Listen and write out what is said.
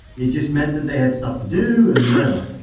it just meant that they had stuff to do and whatever.